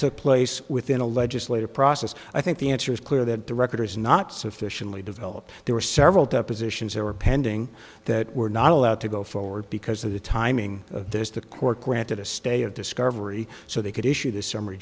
took place within a legislative process i think the answer is clear that the record is not sufficiently developed there were several depositions there were pending that were not allowed to go forward because of the timing of this the court granted a stay of discovery so they could issue the summary